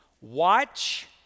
Watch